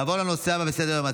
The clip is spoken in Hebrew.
נעבור לנושא הבא בסדר-היום,